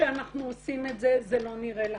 שאנחנו עושים את זה זה לא נראה לכם.